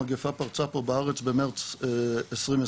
המגיפה פרצה פה בארץ במרץ 2020,